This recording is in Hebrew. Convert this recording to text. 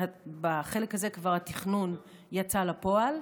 בחלק הזה התכנון כבר יצא לפועל,